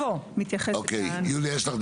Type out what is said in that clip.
בבניין לידי הרגו מישהו, כל הזמן אנחנו בכותרות.